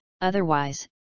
otherwise